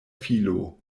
filo